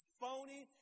phony